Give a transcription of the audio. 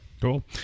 Cool